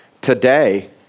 today